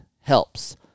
helps